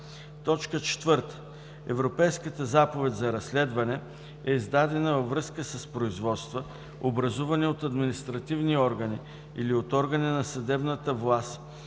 факти; 4. Европейската заповед за разследване е издадена във връзка с производства, образувани от административни органи или от органи на съдебната власт